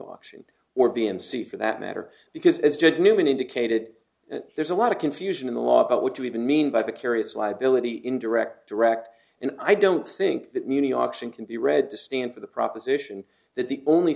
options or b and c for that matter because as did newman indicated there's a lot of confusion in the law but would you even mean by the curious liability in direct direct and i don't think that muni auction can be read to stand for the proposition that the only